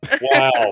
Wow